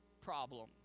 problem